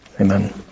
amen